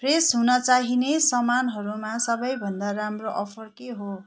fresh हुन चाहिने सामानहरूमा सबै भन्दा राम्रो अफर के हो